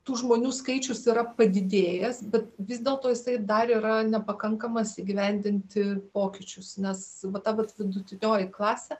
tų žmonių skaičius yra padidėjęs bet vis dėlto jisai dar yra nepakankamas įgyvendinti pokyčius nes va ta vat vidutinioji klasė